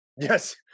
Yes